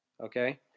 Okay